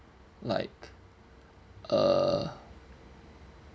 like uh